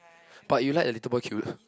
but you like a little boy cute